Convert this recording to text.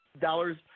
dollars